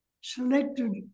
selected